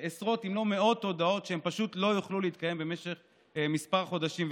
עשרות אם לא מאות הודעות שהן פשוט לא יוכלו להתקיים במשך כמה חודשים.